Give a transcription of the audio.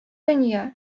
дөнья